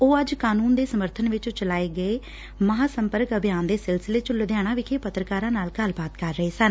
ਉਹ ਅੱਜ ਕਾਨੂੰਨ ਦੇ ਸਮਰਥਨ ਵਿਚ ਚਲਾਏ ਗਏ ਮਹਾਂ ਸੰਪਰਕ ਅਭਿਆਨ ਦੇ ਸਿਲਸਿਲੇ ਚ ਲੁਧਿਆਣਾ ਵਿਖੇ ਪੱਤਰਕਾਰਾਂ ਨਾਲ ਗੱਲਬਾਤ ਕਰ ਰਹੇ ਸਨ